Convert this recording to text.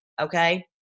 Okay